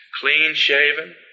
Clean-shaven